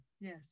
Yes